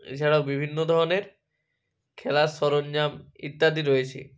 এছাড়াও বিভিন্ন ধরনের খেলার সরঞ্জাম ইত্যাদি রয়েছে